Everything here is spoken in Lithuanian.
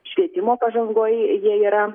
švietimo pažangoj jie yra